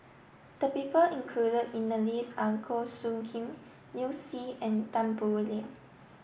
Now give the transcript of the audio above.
the people included in the list are Goh Soo Khim Liu Si and Tan Boo Liat